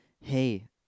hey